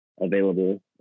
available